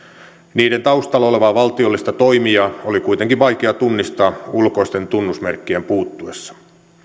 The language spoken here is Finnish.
niiden taustalla olevaa valtiollista toimijaa oli kuitenkin vaikea tunnistaa ulkoisten tunnusmerkkien puuttuessa